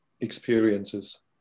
experiences